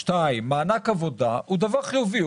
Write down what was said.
שתיים, מענק עבודה הוא דבר חיובי.